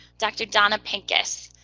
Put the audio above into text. dr. donna pincus.